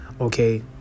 okay